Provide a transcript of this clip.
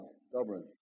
stubborn